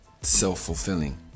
self-fulfilling